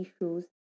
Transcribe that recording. issues